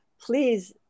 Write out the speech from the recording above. please